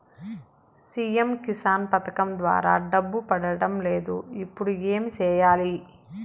CM Kisan పథకం ద్వారా డబ్బు పడడం లేదు ఇప్పుడు ఏమి సేయాలి